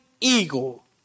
eagle